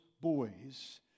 boys